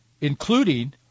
including